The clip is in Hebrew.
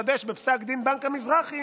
מה שהתחדש בפסק דין בנק המזרחי